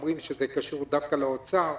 אומרים שזה קשור דווקא לאוצר.